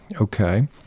Okay